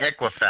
Equifax